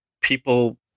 people